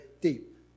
deep